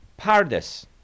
Pardes